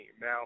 Now